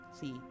See